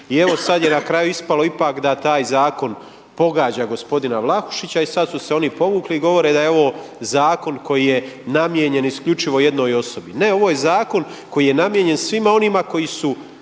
i evo sad je na kraju ispalo ipak da taj zakon pogađa gospodina Vlahušića i sad su se oni povukli i govore da je ovo zakon koji je namijenjen isključivo jednoj osobi. Ne ovo je zakon koji je namijenjen svima onima koji su